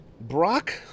Brock